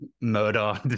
murder